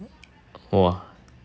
!wah!